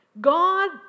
God